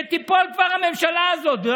שתיפול כבר הממשלה הזאת.